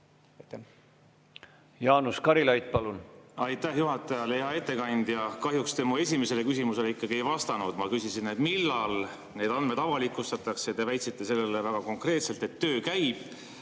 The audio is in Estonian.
Jaanus Karilaid, palun! Aitäh juhatajale! Hea ettekandja! Kahjuks te mu esimesele küsimusele ikkagi ei vastanud. Ma küsisin, millal need andmed avalikustatakse. Te väitsite väga konkreetselt, et töö käib.